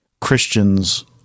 Christians